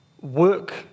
work